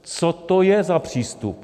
Co to je za přístup?